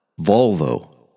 Volvo